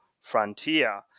frontier